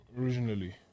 originally